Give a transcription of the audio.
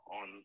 on